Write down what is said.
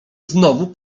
znowu